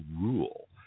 Rule